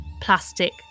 plastic